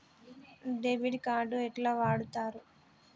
Debit card ఎట్లా వాడుతరు?